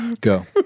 Go